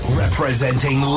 representing